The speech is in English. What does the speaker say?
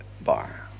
bar